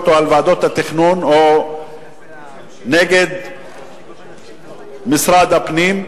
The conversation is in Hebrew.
או על ועדות התכנון או נגד משרד הפנים,